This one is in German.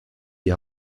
die